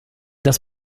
das